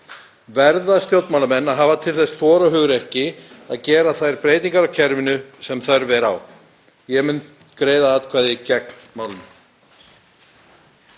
verða stjórnmálamenn að hafa til þess þor og hugrekki að gera þær breytingar á kerfinu sem þörf er. Ég mun greiða atkvæði gegn málinu.